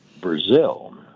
Brazil